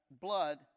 blood